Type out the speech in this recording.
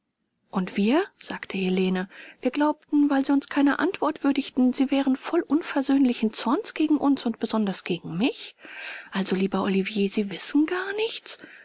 und wir sagte helene wir glaubten weil sie uns keiner antwort würdigten sie wären voll unversöhnlichen zorns gegen uns und besonders gegen mich also lieber olivier sie wissen gar nichts